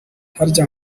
harya